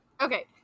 Okay